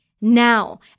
now